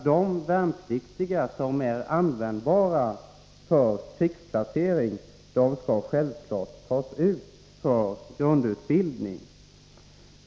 De värnpliktiga som är användbara för krigsplacering skall självfallet tas ut för grundutbildning.